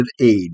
age